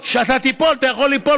ואז מה,